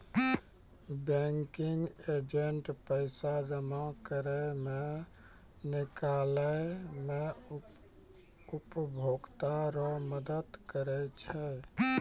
banking agent पैसा जमा करै मे, निकालै मे उपभोकता रो मदद करै छै